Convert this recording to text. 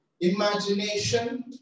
imagination